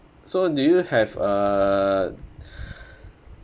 so do you uh